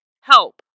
Help